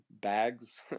bags